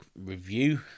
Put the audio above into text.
review